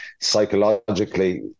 psychologically